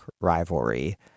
rivalry